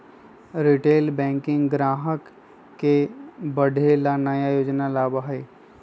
retail banking ग्राहक के बढ़े ला नया योजना लावा हई